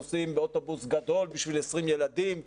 נוסעים באוטובוס גדול עם 20 ילדים.